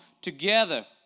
together